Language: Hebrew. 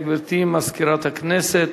גברתי מזכירת הכנסת,